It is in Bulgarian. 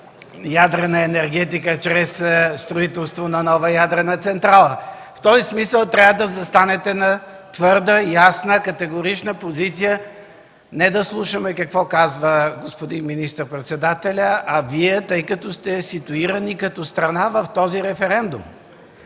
ядрена енергетика чрез строителство на нова ядрена централа. В този смисъл трябва да застанете на твърда, ясна, категорична позиция. Не да слушаме какво казва господин министър-председателят, а Вие, тъй като сте ситуирани като страна в този референдум.